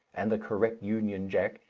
and the correct union jack,